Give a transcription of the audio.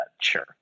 Sure